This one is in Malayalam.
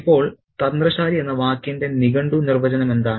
ഇപ്പോൾ തന്ത്രശാലി എന്ന വാക്കിന്റെ നിഘണ്ടു നിർവചനം എന്താണ്